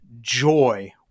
joy